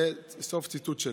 זה סוף ציטוט שלה.